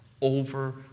over